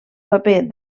paper